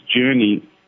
journey